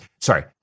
sorry